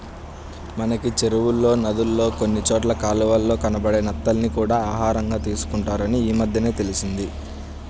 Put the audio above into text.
మనకి చెరువుల్లో, నదుల్లో కొన్ని చోట్ల కాలవల్లో కనబడే నత్తల్ని కూడా ఆహారంగా తీసుకుంటారని ఈమద్దెనే తెలిసింది